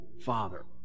father